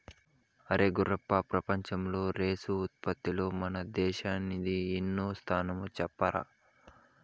అరే గుర్రప్ప ప్రపంచంలో రైసు ఉత్పత్తిలో మన దేశానిది ఎన్నో స్థానమో చెప్పరా